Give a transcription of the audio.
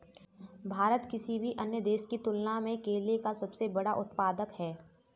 भारत किसी भी अन्य देश की तुलना में केले का सबसे बड़ा उत्पादक है